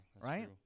Right